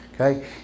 Okay